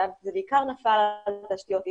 זה בעיקר נפל על תשתיות אינטרנט,